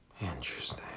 Interesting